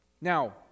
Now